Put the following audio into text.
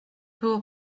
było